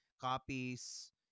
copies